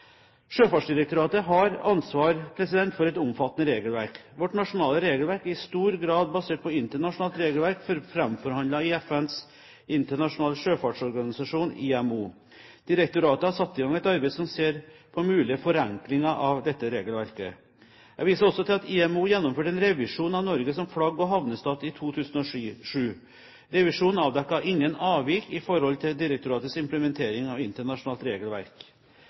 Sjøfartsdirektoratet har ansvar for et omfattende regelverk. Vårt nasjonale regelverk er i stor grad basert på internasjonalt regelverk fremforhandlet i FNs internasjonale sjøfartsorganisasjon, IMO. Direktoratet har satt i gang et arbeid som ser på mulige forenklinger av dette regelverket. Jeg viser også til at IMO gjennomførte en revisjon av Norge som flagg- og havnestat i 2007. Revisjonen avdekket ingen avvik i forhold til direktoratets implementering av internasjonalt regelverk.